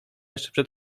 jeszcze